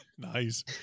Nice